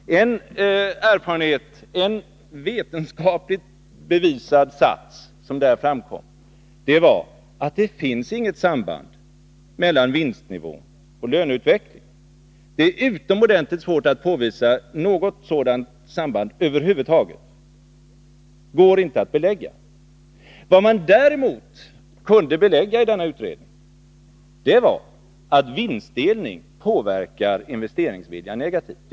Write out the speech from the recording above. En erfarenhet, en vetenskapligt bevisad sats som där framkom, var att det inte finns något samband mellan vinstnivån och löneutvecklingen. Det är utomordentligt svårt att påvisa något sådant samband över huvud taget. Det går inte att belägga. Vad man i utredningen däremot kunde belägga var att vinstdelning påverkar investeringsviljan negativt.